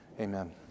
Amen